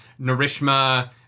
Narishma